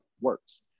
works